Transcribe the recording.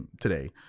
today